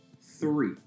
Three